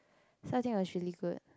so I think it was really good